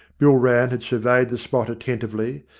bill rann had surveyed the spot attentively,